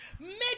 make